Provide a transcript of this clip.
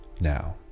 now